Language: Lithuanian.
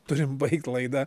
turim baigt laidą